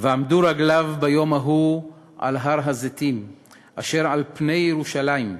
"ועמדו רגליו ביום ההוא על הר-הזיתים אשר על פני ירושלים מקדם,